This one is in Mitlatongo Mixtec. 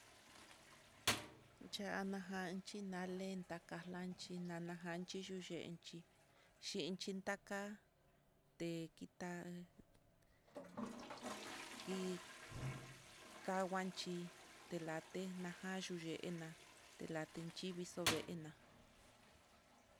C ajan chí nalen takanchi nanajanchi nuyenchí, xhinki taka nikta'a, kii kanguanchí telaten naja yuxhi te'enaja yuyená lakentiviixo veená.